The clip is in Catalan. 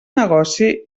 negoci